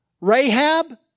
Rahab